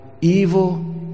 evil